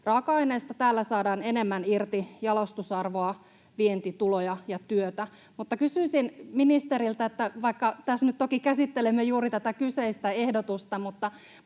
raaka-aineista saadaan enemmän irti jalostusarvoa, vientituloja ja työtä. Mutta kysyisin ministeriltä, että vaikka tässä nyt toki käsittelemme juuri tätä kyseistä ehdotusta,